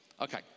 okay